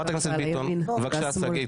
בבקשה שגית.